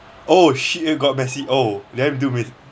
oh shit eh got messy oh damn dude